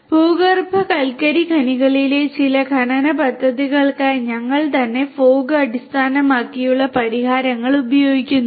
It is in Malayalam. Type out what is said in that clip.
ഭൂഗർഭ കൽക്കരി ഖനികളിലെ ചില ഖനന പദ്ധതികൾക്കായി ഞങ്ങൾ തന്നെ ഫോഗ് അടിസ്ഥാനമാക്കിയുള്ള പരിഹാരങ്ങൾ ഉപയോഗിക്കുന്നുണ്ട്